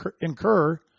incur